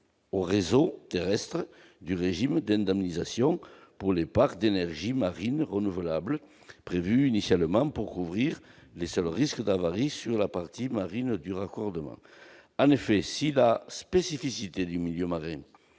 au réseau terrestre du régime d'indemnisation pour les parcs d'énergie marine renouvelable, prévu initialement pour couvrir les seuls risques d'avarie sur la partie marine du raccordement. En effet, si la spécificité du milieu marin